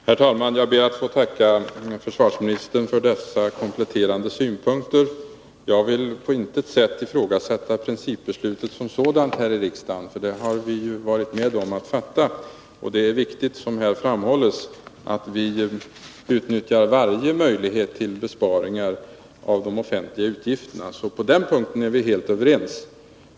Herr talman! Jag ber att få tacka försvarsministern för dessa kompletterande synpunkter. Jag vill på intet vis ifrågasätta principbeslutet som sådant här i riksdagen. Det har vi ju varit med om att fatta. Och det är, som här framhålls, viktigt att vi utnyttjar varje möjlighet till besparingar i de offentliga utgifterna. På den punkten är vi således helt överens.